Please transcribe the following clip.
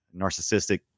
narcissistic